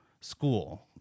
school